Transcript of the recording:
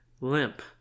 Limp